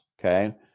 okay